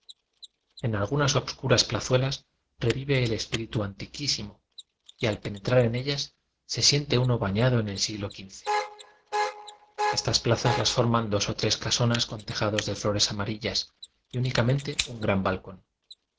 en algunas obscuras plazuelas revive el espíritu anti quísimo y al penetrar en ellas se siente uno bañado en el siglo xv estas plazas as forman dos o tres casonas con teja os de flores amarillas y únicamente un ran balcón